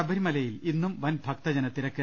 ശബരിമലയിൽ ഇന്നും വൻഭക്തജനതിരക്ക്